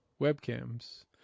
webcams